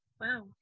Wow